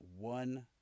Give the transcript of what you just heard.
one